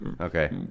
Okay